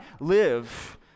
live